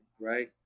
right